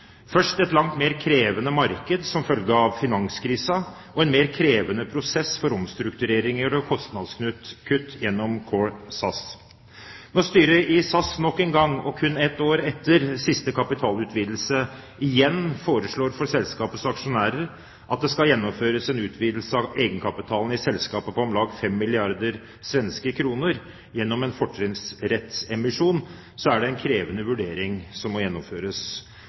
først antatt – først et langt mer krevende marked som følge av finanskrisen og en mer krevende prosess for omstruktureringer og kostnadskutt gjennom Core SAS. Når styret i SAS nok en gang og kun et år etter siste kapitalutvidelse igjen foreslår for selskapets aksjonærer at det skal gjennomføres en utvidelse av egenkapitalen i selskapet på om lag 5 milliarder svenske kroner gjennom en fortrinnsrettsemisjon, er det en krevende vurdering som må gjennomføres,